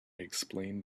explained